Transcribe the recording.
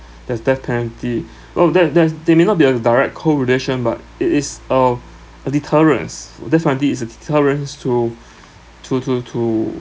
there's death penalty oh that that is they may not be as direct correlation but it is a a deterrent death penalty is a deterrent to to to to